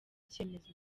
cyemezo